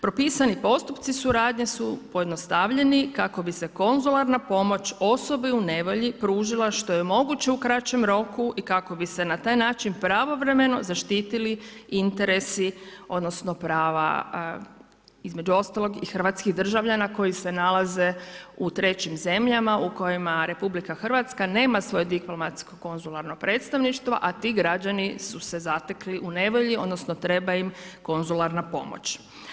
Propisani postupci suradnje su pojednostavljeni kako bi se konzularna pomoć osobi u nevolji pružila što je moguće u kraćem roku i kako bi se na taj način pravovremeno zaštitili interesi odnosno prava između ostalog i hrvatskih državljana koji se nalaze u trećim zemljama u kojima RH nema svoje diplomatsko-konzularno predstavništvo a ti građani su se zatekli u nevolji odnosno treba im konzularna pomoć.